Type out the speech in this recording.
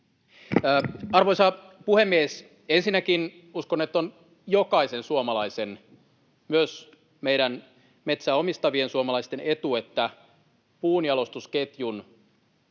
Arvoisa puhemies! Ensinnäkin uskon, että on jokaisen suomalaisen, myös meidän metsää omistavien suomalaisten, etu, että puunjalostusketjun sitoumuksiin